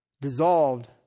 dissolved